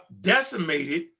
decimated